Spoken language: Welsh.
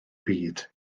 byd